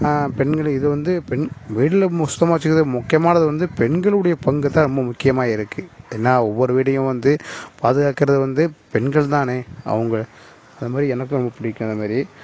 பெண்கள் இது வந்து பெண் வீட்டில் மு சுத்தமாக வச்சிக்கிறது முக்கியமானது வந்து பெண்கள் உடைய பங்கு தான் ரொம்ப முக்கியமாக இருக்கு ஏன்னா ஒவ்வொரு வீடையும் வந்து பாதுகாக்கிறது வந்து பெண்கள் தானே அவங்க அந்தமாதிரி எனக்கும் ரொம்ப பிடிக்கும் அந்தமாரி